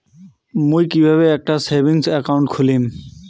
মুই কিভাবে একটা সেভিংস অ্যাকাউন্ট খুলিম?